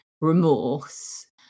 remorse